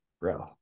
bro